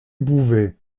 bouvet